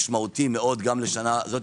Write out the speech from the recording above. משמעותי מאוד גם לשנה הזאת.